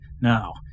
Now